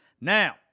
Now